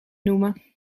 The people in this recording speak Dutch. noemen